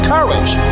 Courage